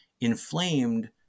Inflamed